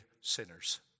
sinners